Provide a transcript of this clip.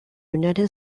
united